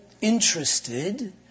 interested